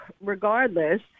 regardless